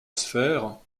sphère